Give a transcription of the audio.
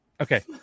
Okay